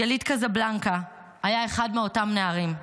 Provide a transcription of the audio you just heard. יליד קזבלנקה, היה אחד מאותם נערים.